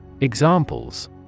Examples